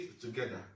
together